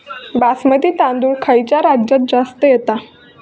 बासमती तांदूळ खयच्या राज्यात जास्त येता?